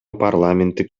парламенттик